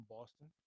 Boston